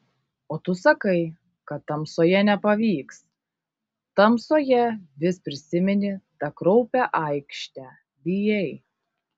o tu sakai kad tamsoje nepavyks tamsoje vis prisimeni tą kraupią aikštę bijai